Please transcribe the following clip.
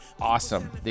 awesome